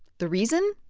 the reason.